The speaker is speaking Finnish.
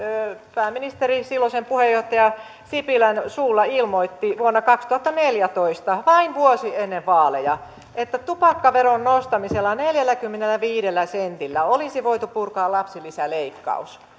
pääministerin silloisen puheenjohtaja sipilän suulla ilmoitti vuonna kaksituhattaneljätoista vain vuosi ennen vaaleja että tupakkaveron nostamisella neljälläkymmenelläviidellä sentillä olisi voitu purkaa lapsilisäleikkaus